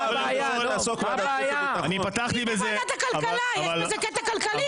תשים בוועדת הכלכלה, יש בזה קטע כלכלי.